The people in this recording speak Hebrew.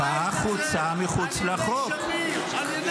הוצאה מחוץ לחוק, בבית הזה.